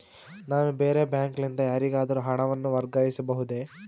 ನಾನು ಬೇರೆ ಬ್ಯಾಂಕ್ ಲಿಂದ ಯಾರಿಗಾದರೂ ಹಣವನ್ನು ವರ್ಗಾಯಿಸಬಹುದೇ?